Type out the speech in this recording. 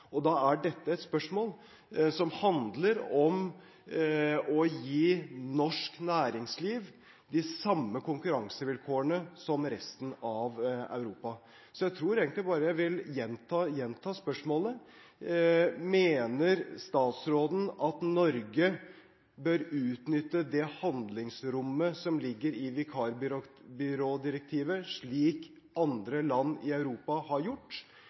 og da er dette et spørsmål som handler om å gi norsk næringsliv de samme konkurransevilkårene som resten av Europa. Så jeg tror egentlig jeg bare vil gjenta spørsmålet: Mener statsråden at Norge bør utnytte det handlingsrommet som ligger i vikarbyrådirektivet, slik andre land i Europa har gjort,